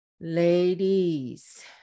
ladies